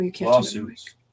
lawsuits